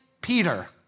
Peter